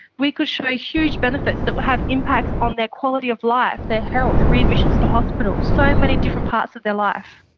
we could show ah huge benefits that will have impacts on their quality of life, their health, readmissions to hospital, so many different parts of their life.